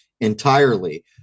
entirely